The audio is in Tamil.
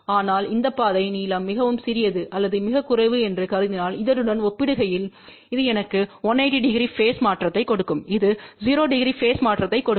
ஆனால் இந்த பாதை நீளம் மிகவும் சிறியது அல்லது மிகக் குறைவு என்று கருதினால் இதனுடன் ஒப்பிடுகையில் இது எனக்கு 1800பேஸ் மாற்றத்தைக் கொடுக்கும் இது 00பேஸ் மாற்றத்தைக்கொடுக்கும்